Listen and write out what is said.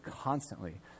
constantly